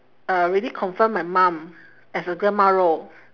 already confirm my mum as a grandma role